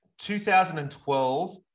2012